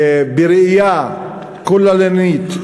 בראייה כוללנית,